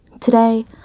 Today